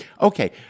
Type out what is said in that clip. okay